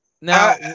now